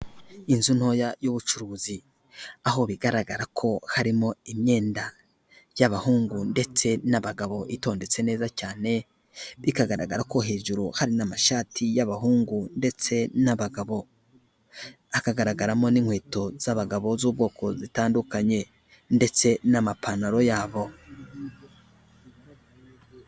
Inzu ntoya y'ubucuruzi. Aho bigaragara ko harimo imyenda y'abahungu ndetse n'abagabo itondetse neza cyane, bikagaragara ko hejuru hari n'amashati y'abahungu ndetse n'abagabo. Hakagaragaramo n'inkweto z'abagabo z'ubwoko zitandukanye ndetse n'amapantaro yabo.